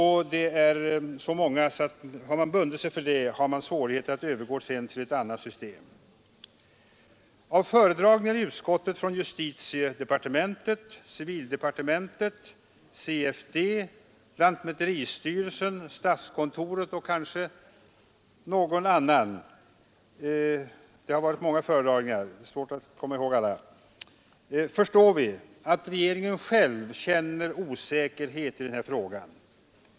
Har man bundit sig för så stor del, har man svårigheter att övergå till ett annat system. Det har varit många föredragningar i utskottet — från justitiedepartementet, civildepartementet, CFD, lantmäteristyrelsen, statskontoret och kanske några fler — det är svårt att komma ihåg alla. Av föredragningarna förstår vi att regeringen själv känner osäkerhet i denna fråga.